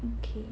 okay